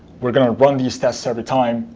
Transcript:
we're going to run these tests every time.